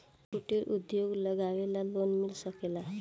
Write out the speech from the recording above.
कुटिर उद्योग लगवेला लोन मिल सकेला?